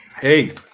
Hey